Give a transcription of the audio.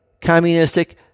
communistic